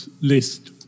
list